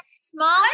small